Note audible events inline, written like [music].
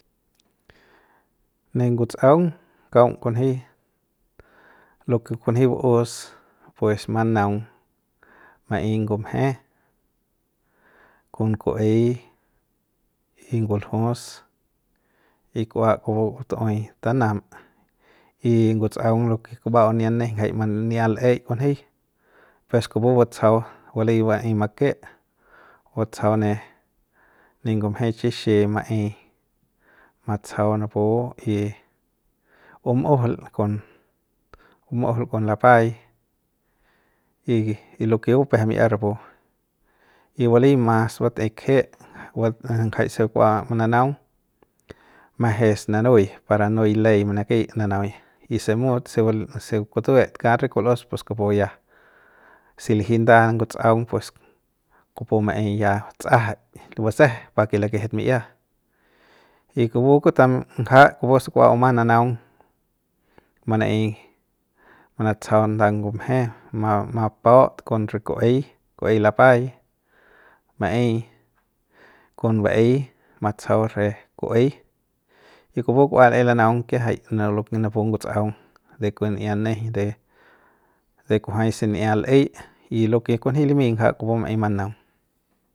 [noise] ne ngutsꞌaung kaung kunji lo ke kunji bu'us pues manaung ma'ey ngumje kon ku'uey y nguljus y kua kupu tuey tanam y ngutsꞌaung lo ke kuba'u ni'ia nejeiñ jai mba nia l'ey kunji pues kupu batsajau bali maey make butsajau ne ne ngumje chixi maey matsajau napu y bum'ujul kon bum'ujul kon lapay y lo ke bupeje mi'ia rapu y bali mas batꞌei kje nga nga jaise kua mananaung majes nanuy para nuy l'ey manakei nanauy y si mut siu kutuet kat re kul'us pus kupu ya si liji nda nguntsꞌaung pues kupu maey ya tsajaik li batseje pa ke lakejet mi'ia y kupu kutam ngja kupu se kua bumang nanaung manaey manatsajau nda ngumje mapaut kon re kuey kuey lapay maey [noise] kon baey matsajau re kuey y kupu kua laey lanaung kiajay lo ne napu nguntsaung de kun'ia nejeiñ de de kujuay se n'ia l'ey y loke kunji limi ngja kupu maey manaung. [noise]